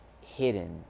hidden